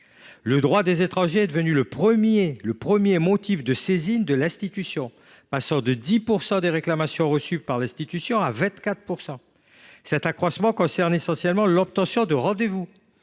%! Ce dernier est devenu le premier motif de saisine de l’institution, passant de 10 % à 24 % des réclamations reçues par l’institution. Cet accroissement concerne essentiellement l’obtention de rendez vous,